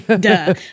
duh